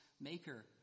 maker